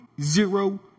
zero